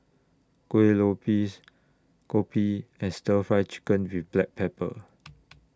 Kuih Lopes Kopi and Stir Fry Chicken with Black Pepper